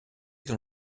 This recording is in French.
dans